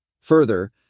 Further